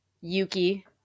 Yuki